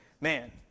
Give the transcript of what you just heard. man